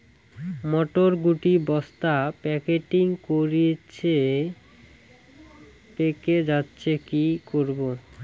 মটর শুটি বস্তা প্যাকেটিং করেছি পেকে যাচ্ছে কি করব?